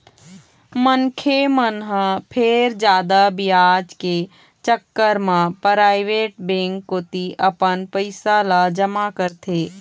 मनखे मन ह फेर जादा बियाज के चक्कर म पराइवेट बेंक कोती अपन पइसा ल जमा करथे